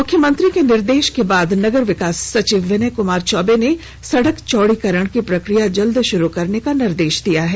मुख्यमंत्री के निर्देश के बाद नगर विकास सचिव विनय कुमार चौबे ने सड़क चौड़ीकरण की प्रक्रिया जल्द शुरू करने का निर्देश दिया है